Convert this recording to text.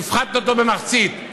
והפחתת אותו במחצית.